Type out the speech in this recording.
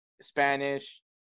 Spanish